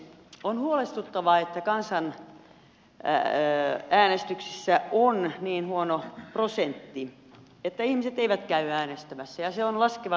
on huolestuttavaa että kansanäänestyksissä on niin huono prosentti että ihmiset eivät käy äänestämässä ja se on laskeva trendi